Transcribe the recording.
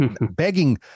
begging